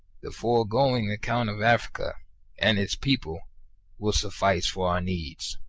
the foregoing account of africa and its peoples will suffice for our needs.